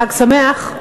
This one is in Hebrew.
חג שמח.